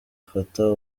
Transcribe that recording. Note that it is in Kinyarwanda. fata